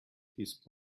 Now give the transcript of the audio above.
his